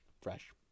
fresh